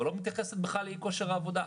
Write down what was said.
אבל לא מתייחסת בכלל לאי כושר העבודה.